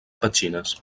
petxines